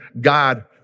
God